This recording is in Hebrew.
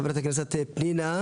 חברת הכניסה פנינה.